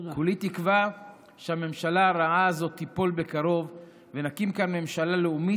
כולי תקווה שהממשלה הרעה הזאת תיפול בקרוב ושנקים כאן ממשלה לאומית,